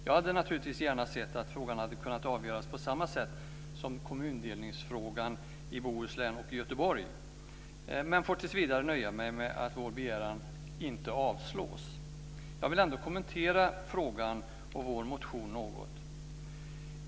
Jag hade naturligtvis gärna sett att frågan hade kunnat avgöras på samma sätt som kommundelningsfrågan i Bohuslän och Göteborg, men får tills vidare nöja mig med att vår begäran inte avslås. Jag vill ändå kommentera frågan och vår motion något.